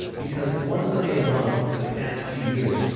because one sunday a month for the past few years,